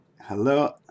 Hello